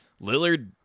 Lillard